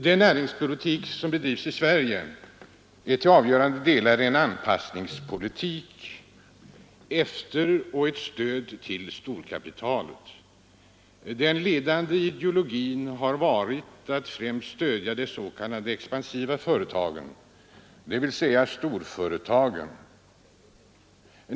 Den näringspolitik som bedrivs i Sverige är till avgörande delar en anpassningspolitik efter och ett stöd till storkapitalet. Den ledande ideologin har varit att främst stödja de s.k. expansiva företagen, dvs. storföretagen.